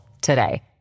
today